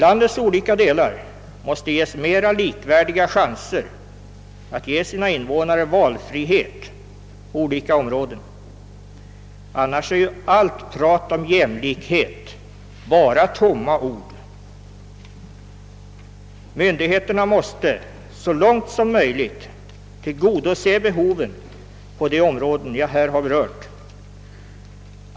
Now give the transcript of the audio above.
Landets olika delar måste få mer likvärdiga chanser att ge sina invånare valfrihet på olika områden. Annars är allt prat om jämlikhet bara tomma ord. Myndigheterna måste så långt som möjligt tillgodose behoven på de områden jag här har berört.